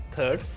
Third